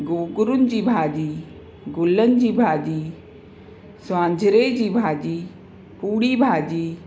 गोगिड़ियुनि जी भाॼी गुलनि जी भाॼी स्वांजरे जी भाॼी पूड़ी भाॼी